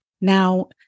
Now